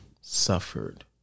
suffered